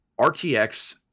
RTX